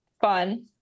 fun